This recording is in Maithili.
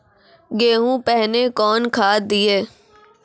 गेहूँ पहने कौन खाद दिए?